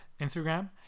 Instagram